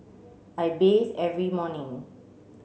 I bathe every morning